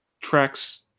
tracks